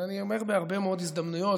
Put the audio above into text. את זה אני אומר בהרבה מאוד הזדמנויות,